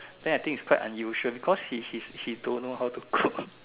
then I think its quite unusual because he he he don't know how to cook